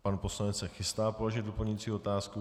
Pan poslanec se chystá položit doplňující otázku.